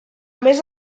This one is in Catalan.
més